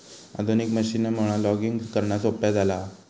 आधुनिक मशीनमुळा लॉगिंग करणा सोप्या झाला हा